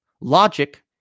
Logic